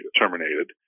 terminated